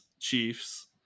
Chiefs